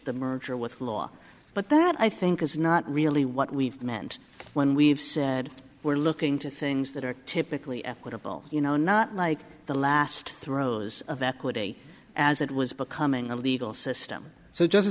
the merger with law but that i think is not really what we meant when we've said we're looking to things that are typically equitable you know not like the last throes of that committee as it was becoming a legal system so just